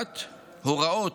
הוראות